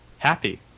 happy